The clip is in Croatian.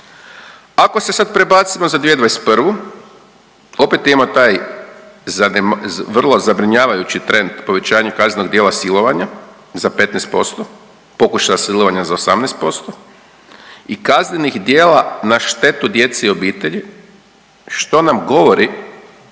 Ako se sad prebacimo za 2021., opet imamo taj .../Govornik se ne razumije./... vrlo zabrinjavajući trend povećanja kaznenog djela silovanja za 15%, pokušaja silovanja za 18% i kaznenih djela na štetu djece i obitelji, što nam govori